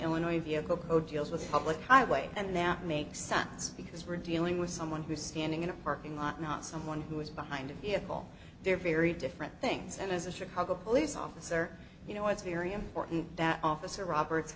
illinois vehicle code deals with public highway and now makes sense because we're dealing with someone who's standing in a parking lot not someone who is behind a vehicle there are very different things and as a chicago police officer you know it's very important that officer roberts